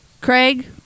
Craig